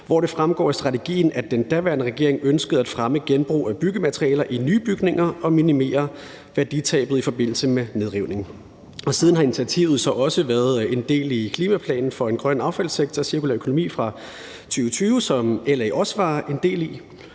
hvor det fremgår af strategien, at den daværende regering ønskede at fremme genbrug af byggematerialer i nybygninger og at minimere værditabet i forbindelse med nedrivning. Siden har initiativet så også været en del af »Klimaplan for en grøn affaldssektor og cirkulær økonomi« fra 2020, som LA også havde del i,